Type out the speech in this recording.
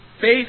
faith